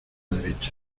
derecha